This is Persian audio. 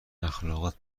اخالقات